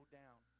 down